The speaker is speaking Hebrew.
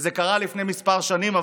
וזה קרה לפני כמה שנים,